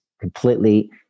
completely –